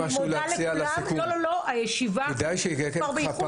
הישיבה ננעלה בשעה